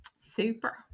super